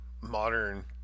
modern